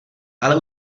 ale